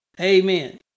Amen